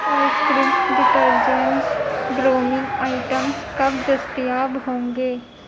ice cream detergents grooming items کب دستیاب ہوں گے